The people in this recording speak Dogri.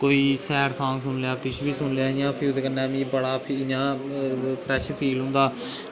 कोई सैड सांग सुनी लेआ किश बी सुनी लेआ इ'यां फ्ही ओह्दे कन्नै मिगी बड़ा इ'यां फ्रैश फील होंदा